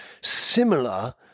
similar